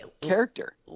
character